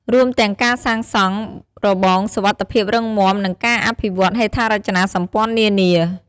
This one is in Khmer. រួមទាំងការសាងសង់របងសុវត្ថិភាពរឹងមាំ និងការអភិវឌ្ឍហេដ្ឋារចនាសម្ព័ន្ធនានា។